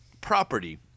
property